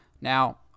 Now